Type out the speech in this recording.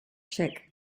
check